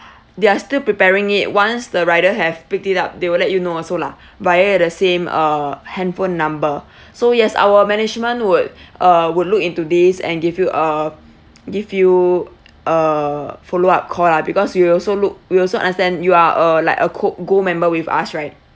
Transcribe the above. they are still preparing it once the rider have picked it up they will let you know also lah via the same uh handphone number so yes our management would uh would look into this and give you a give you a follow up call lah because we will look we also understand you are a like a co~ gold member with us right